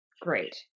Great